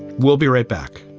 we'll be right back